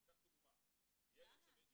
אני אתן דוגמה: ילד שנפגע